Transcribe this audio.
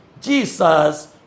jesus